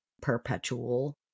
perpetual